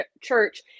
Church